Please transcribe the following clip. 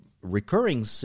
recurring